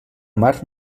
mar